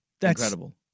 Incredible